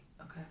Okay